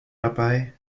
dabei